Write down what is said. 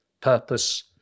purpose